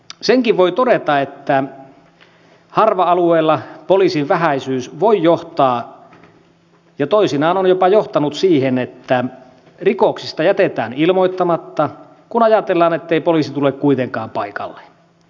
senkin voi todeta että harva alueella poliisin vähäisyys voi johtaa ja toisinaan on jopa johtanut siihen että rikoksista jätetään ilmoittamatta kun ajatellaan ettei poliisi tule kuitenkaan paikalle